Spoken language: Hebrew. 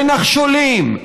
בנחשולים,